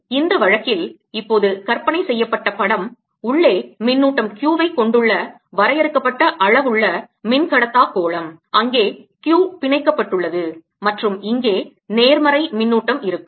இந்த வழக்கில் இப்போது கற்பனை செய்யப்பட்ட படம் உள்ளே மின்னூட்டம் Q வை கொண்டுள்ள வரையறுக்கப்பட்ட அளவுள்ள மின்கடத்தா கோளம் அங்கே Q பிணைக்கப்பட்டுள்ளது மற்றும் இங்கே நேர்மறை மின்னூட்டம் இருக்கும்